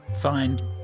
find